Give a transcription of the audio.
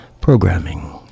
programming